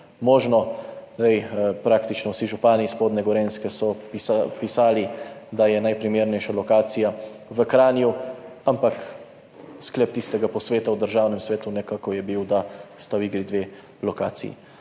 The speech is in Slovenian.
možno. Praktično vsi župani iz spodnje Gorenjske so pisali, da je najprimernejša lokacija v Kranju. Ampak sklep tistega posveta v Državnem svetu je nekako bil, da sta v igri dve lokaciji.